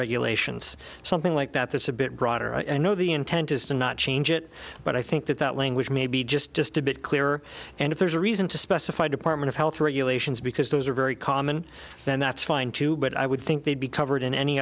regulations something like that that's a bit broader i know the intent is to not change it but i think that that language may be just just a bit clearer and if there's a reason to specify department of health regulations because those are very common then that's fine too but i would think they'd be covered in any